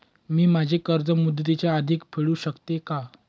मी माझे कर्ज मुदतीच्या आधी फेडू शकते का?